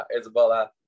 Isabella